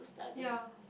ye